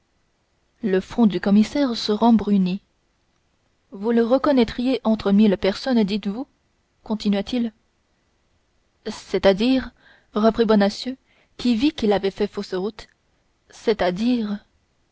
le front du commissaire se rembrunit vous le reconnaîtriez entre mille dites-vous continua-t-il c'est-à-dire reprit bonacieux qui vit qu'il avait fait fausse route c'est-à-dire